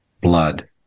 blood